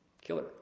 killer